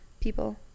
people